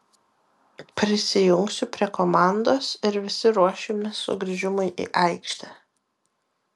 prisijungsiu prie komandos ir visi ruošimės sugrįžimui į aikštę